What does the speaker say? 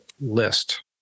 list